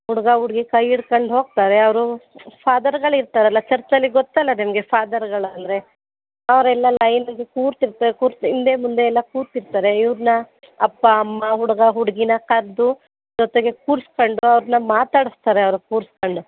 ಹುಡ್ಗ ಹುಡ್ಗಿ ಕೈ ಹಿಡ್ಕೊಂಡ್ ಹೋಗ್ತಾರೆ ಅವರು ಫಾದರ್ಗಳು ಇರ್ತಾರಲ್ಲ ಚರ್ಚಲ್ಲಿ ಗೊತ್ತಲ್ಲ ನಿಮಗೆ ಫಾದರ್ಗಳು ಅಂದರೆ ಅವರೆಲ್ಲ ಲೈನಲ್ಲಿ ಕೂತಿರ್ತಾರೆ ಕುರ್ತ್ ಹಿಂದೆ ಮುಂದೆಯೆಲ್ಲ ಕೂತಿರ್ತಾರೆ ಇವ್ರನ್ನು ಅಪ್ಪ ಅಮ್ಮ ಹುಡುಗ ಹುಡುಗಿಯ ಕರೆದು ಜೊತೆಗೆ ಕೂರ್ಸ್ಕೊಂಡು ಅವ್ರನ್ನು ಮಾತಾಡಿಸ್ತಾರೆ ಅವ್ರ ಕೂರ್ಸ್ಕೊಂಡು